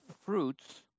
fruits